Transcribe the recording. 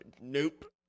nope